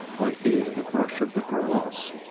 i hear the brush of the grass,